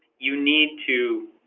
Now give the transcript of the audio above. you need to